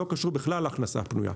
לא קשור בכלל להכנסה הפנויה.